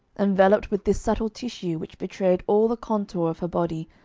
enveloped with this subtle tissue which betrayed all the contour of her body,